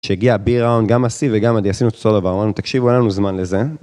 שהגיע ה-B ראונד, גם ה-C וגם ה-D, עשינו את אותו הדבר, תקשיבו אין לנו זמן לזה